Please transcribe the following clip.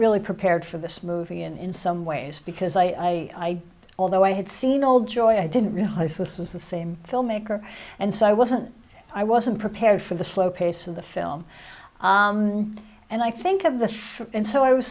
really prepared for this movie and in some ways because i although i had seen old joy i didn't realize this was the same filmmaker and so i wasn't i wasn't prepared for the slow pace of the film and i think of the ship and so i was